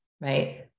right